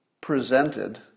presented